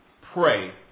pray